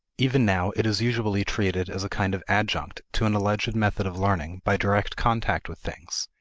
even now it is usually treated as a kind of adjunct to an alleged method of learning by direct contact with things,